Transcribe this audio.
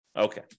Okay